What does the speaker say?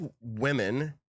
women